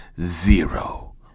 zero